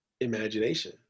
imagination